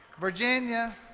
Virginia